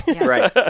right